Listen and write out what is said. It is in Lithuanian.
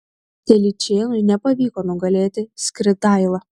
telyčėnui nepavyko nugalėti skridailą